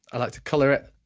i like to colour it,